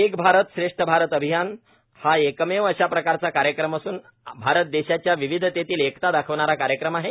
एक भारत श्रेष्ठ भारत अभियान हा एकमेव अश्या प्रकारचा कार्यक्रम असून भारत देशाची विविधतेतील एकता दाखविणारा कार्यक्रम आहे